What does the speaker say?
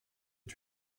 est